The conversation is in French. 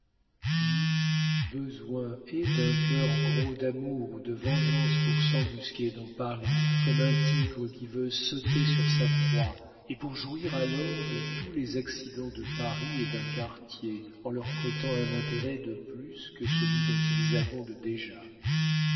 puis besoin est d'un cœur gros d'amour ou de vengeance pour s'embusquer dans paris comme un tigre qui veut sauter sur sa proie et pour jouir alors de tous les accidents de paris et d'un quartier en leur prêtant un intérêt de plus que celui dont ils abondent déjà